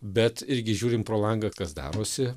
bet irgi žiūrim pro langą kas darosi